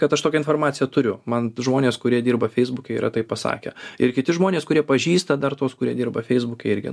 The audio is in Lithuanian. kad aš tokią informaciją turiu man žmonės kurie dirba feisbuke yra tai pasakę ir kiti žmonės kurie pažįsta dar tuos kurie dirba feisbuke irgi